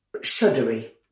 shuddery